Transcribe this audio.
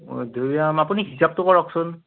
মধুৰিআম আপুনি হিচাপটো কৰকচোন